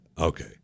Okay